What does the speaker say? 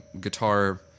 guitar